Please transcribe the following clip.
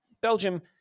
Belgium